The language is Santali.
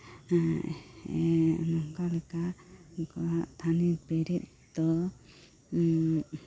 ᱮᱜ ᱱᱚᱝᱠᱟ ᱞᱮᱠᱟ ᱠᱟᱹᱨᱤ ᱵᱤᱨᱤᱫ ᱫᱚ